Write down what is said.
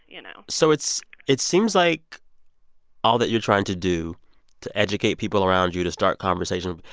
you know so it's it seems like all that you're trying to do to educate people around you, to start conversation,